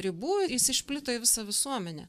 ribų jis išplito į visą visuomenę